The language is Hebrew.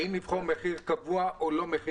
האם לבחור מחיר קבוע או לא.